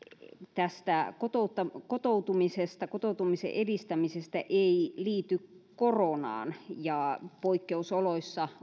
tästä kotoutumisen kotoutumisen edistämisestä ei liity koronaan poikkeusoloissa